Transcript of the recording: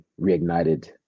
reignited